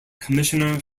commissioner